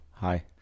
hi